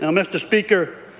and mr. speaker,